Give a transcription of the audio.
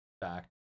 back